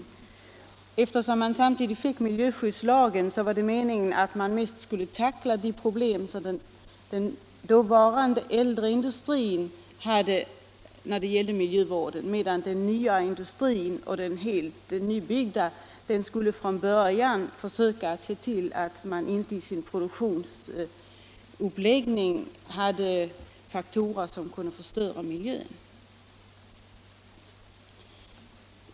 Denna påbörjades samtidigt som miljövårdslagen tillkom, och meningen var att man mest skulle tackla miljövårdsproblemen för den dåvarande äldre industrin medan den nya industrin från början skulle försöka lägga upp sin produktion så att den inte innehöll faktorer som kunde förstöra miljön.